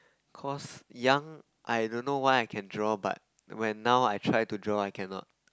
cause young I don't know why I can draw but when now I try to draw I cannot